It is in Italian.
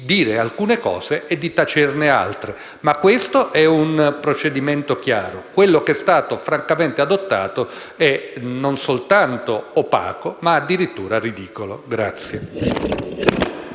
dire alcune cose e tacerne altre, ma questo è un procedimento chiaro. Quello che è stato adottato, francamente, è non soltanto opaco, ma addirittura ridicolo.